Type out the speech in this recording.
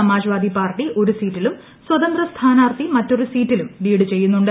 സമാജ് വാദി party ഒരു സീറ്റിലും സ്വതന്ത്ര സ്ഥാനാർത്ഥി മറ്റൊരു സീറ്റിലും ലീഡ് ചെയ്യുന്നുണ്ട്